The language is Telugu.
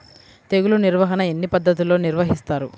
తెగులు నిర్వాహణ ఎన్ని పద్ధతుల్లో నిర్వహిస్తారు?